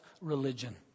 religion